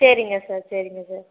சரிங்க சார் சரிங்க சார்